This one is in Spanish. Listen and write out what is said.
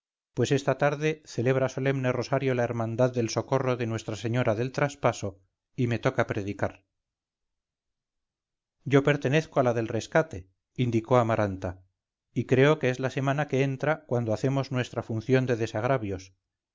pues esta tarde celebra solemne rosario la hermandad del socorro de nuestra señora del traspaso y me toca predicar yo pertenezco a la del rescate indicó amaranta y creo que es la semana que entra cuando hacemos nuestra función de desagravios